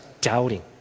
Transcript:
doubting